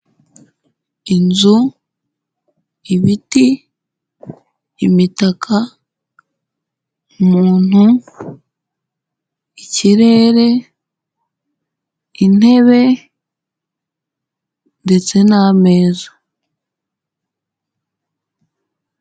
Inzu, ibiti, imitaka, umuntu, ikirere, intebe ndetse n'ameza.